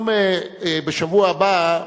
בשבוע הבא,